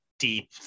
Deep